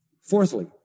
Fourthly